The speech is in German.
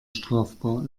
strafbar